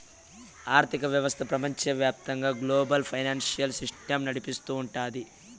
ఆర్థిక వ్యవస్థ ప్రపంచవ్యాప్తంగా గ్లోబల్ ఫైనాన్సియల్ సిస్టమ్ నడిపిస్తూ ఉంటది